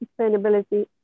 sustainability